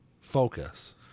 focus